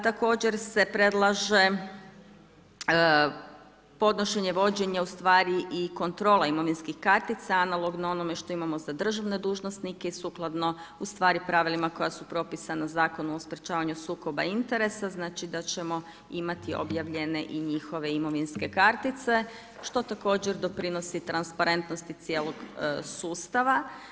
Također se prelaže podnošenje, vođenje, ustvari i kontrola imovinskih kartica, analogno onome što imamo za državne dužnosnike i sukladno, ustvari, pravilima koja su propisana Zakonom o sprječavanju sukoba interesa, znači da ćemo imati objavljene i njihove imovinske kartice, što također doprinosi transparentnosti cijelog sustava.